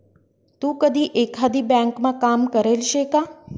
तू कधी एकाधी ब्यांकमा काम करेल शे का?